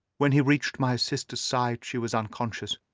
when he reached my sister's side she was unconscious,